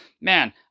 man